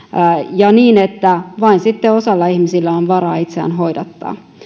ja niin että sitten vain osalla ihmisistä on varaa itseään hoidattaa